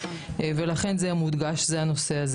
לכן הנושא הזה מודגש.